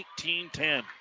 19-10